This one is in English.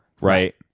right